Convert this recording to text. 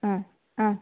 ಹಾಂ ಹಾಂ